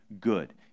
good